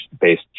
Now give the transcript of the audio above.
based